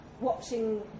watching